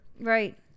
Right